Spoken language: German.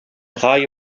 reihe